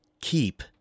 keep